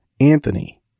Anthony